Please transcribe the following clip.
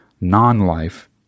non-life